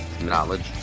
knowledge